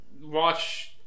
watch